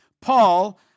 Paul